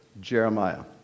Jeremiah